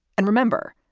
and remember,